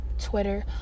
Twitter